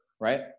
right